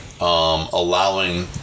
allowing